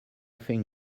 think